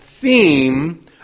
theme